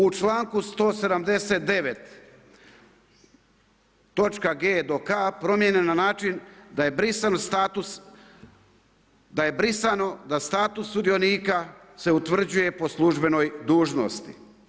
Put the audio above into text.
U članku 179. točka G-K promijenjena na način da je brisan status, da je brisano da status sudionika se utvrđuje po službenoj dužnosti.